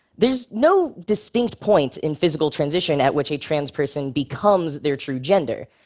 there's no distinct point in physical transition at which a trans person becomes their true gender.